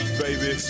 baby